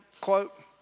quote